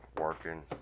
working